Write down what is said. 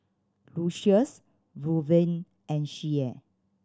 Lucious Luverne and Shea